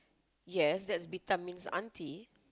yes that's Bitamin's aunty